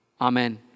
Amen